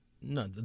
No